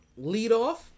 leadoff